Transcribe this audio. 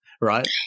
Right